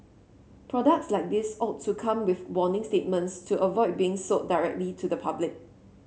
products like these ought to come with warning statements to avoid being sold directly to the public